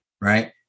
right